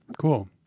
cool